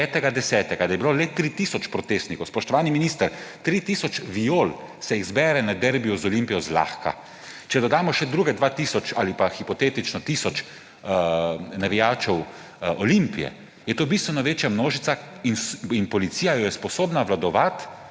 da je bilo le 3 tisoč protestnikov, spoštovani minister, 3 tisoč Viol se zbere na derbiju z Olimpijo zlahka. Če dodamo še drugih 2 tisoč ali pa hipotetično tisoč navijačev Olimpije, je to bistveno večja množica in policija jo je sposobna obvladovati